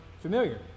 familiar